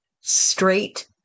straight